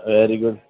very good